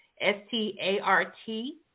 S-T-A-R-T